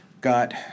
got